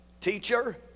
Teacher